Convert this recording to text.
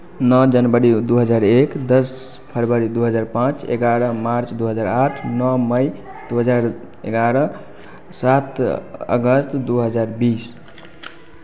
नौ जनवरी दो हज़ार एक दस फरवरी दो हज़ार पाँच ग्यारह मार्च दो हज़ार आठ नौ मई दो हज़ार ग्यारह सात अगस्त दो हज़ार बीस